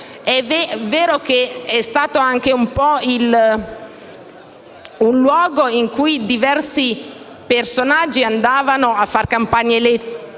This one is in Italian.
È vero che è stato anche un luogo in cui diversi personaggi andavano a fare campagna elettorale,